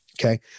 Okay